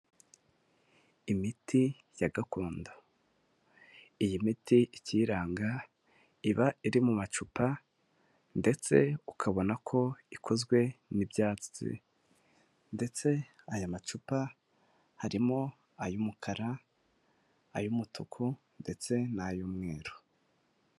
Imiti ya gakondo iyi miti ikiyiranga iba iri mu macupa ndetse ukabona ko ikozwe n'ibyatsi ndetse aya macupa harimo ay'umukara, ay'umutuku ndetse n'ay'umweru.